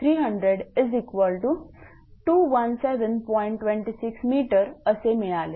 26 m असे मिळाले